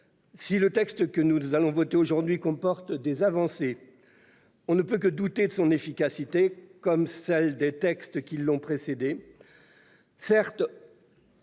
Si le texte que nous allons voter aujourd'hui comporte quelques avancées, on ne peut que douter de son efficacité, comme de celle des textes qui l'ont précédé. Certes,